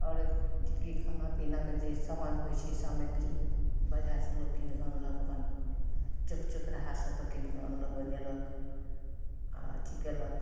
आओर जेकि खाना पिनाके जे समान होइ छै सामग्री बजारसँ लोक किनिके अनलक अपन चौक चौराहा सबसँ तऽ किनिके अनलक बनेलक आओर अथी कएलक